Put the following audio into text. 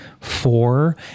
four